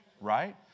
Right